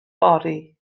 fory